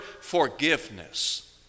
Forgiveness